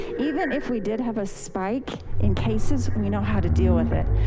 even if we did have a spike in cases, we know how to deal with it.